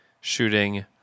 shooting